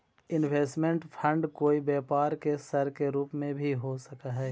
investment fund कोई व्यापार के सर के रूप में भी हो सकऽ हई